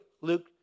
Luke